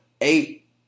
eight